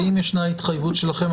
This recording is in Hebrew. האם ישנה התחייבות שלכם?